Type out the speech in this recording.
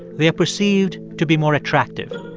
they are perceived to be more attractive.